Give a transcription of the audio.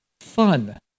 fun